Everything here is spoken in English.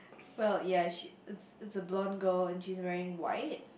well ya she it's it's a blonde girl and she's wearing white